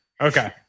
Okay